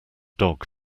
dog